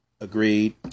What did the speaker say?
Agreed